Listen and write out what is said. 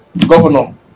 governor